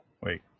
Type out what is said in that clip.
Wait